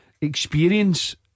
experience